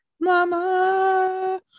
Mama